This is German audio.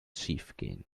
schiefgehen